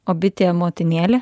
o bitė motinėlė